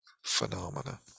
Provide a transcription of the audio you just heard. phenomena